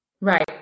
Right